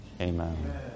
Amen